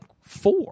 four